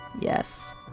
Yes